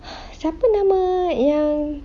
siapa nama yang